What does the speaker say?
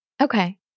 Okay